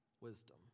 Wisdom